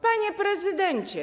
Panie Prezydencie!